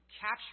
capture